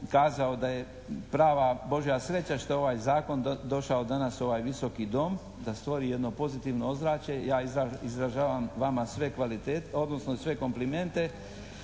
kazao da je prava Božja sreća što je ovaj Zakon došao danas u ovaj Visoki dom da stvori jedno pozitivno ozračje. Ja izražavam vama sve kvalitete,